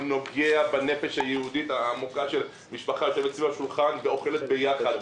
הוא נוגע בנפש היהודית העמוקה של משפחה שיושבת סביב השולחן ואוכלת יחד,